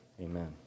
amen